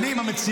אני עם המציע.